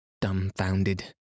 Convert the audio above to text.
dumbfounded